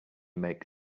make